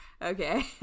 Okay